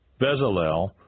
Bezalel